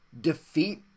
defeat